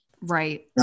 Right